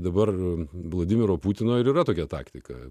dabar vladimiro putino ir yra tokia taktika